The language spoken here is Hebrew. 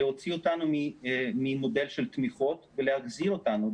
להוציא אותנו ממודל של תמיכות ולהחזיר אותנו,